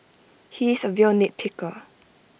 he is A real nitpicker